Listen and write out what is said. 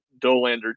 Dolander